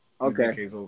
Okay